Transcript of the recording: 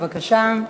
בבקשה.